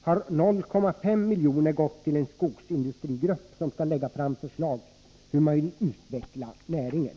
har 0,5 miljoner gått till en skogsindustrigrupp som skall lägga fram förslag till hur man vill utveckla näringen.